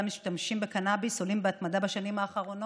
המשתמשים בקנביס עולים בהתמדה בשנים האחרונות.